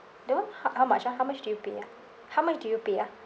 that one how how much ah how much do you pay ah how much do you pay ah